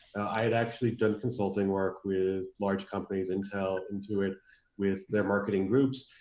i had actually done consulting work with large companies intel, intuit with their marketing groups,